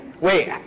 Wait